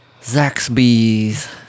Zaxby's